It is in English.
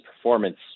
performance